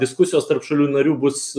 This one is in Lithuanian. diskusijos tarp šalių narių bus